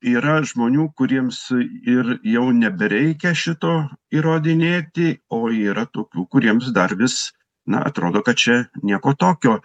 yra žmonių kuriems ir jau nebereikia šito įrodinėti o yra tokių kuriems dar vis na atrodo kad čia nieko tokio